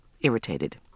irritated